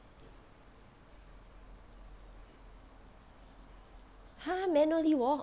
!huh! manually walk